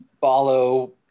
follow